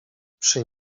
przy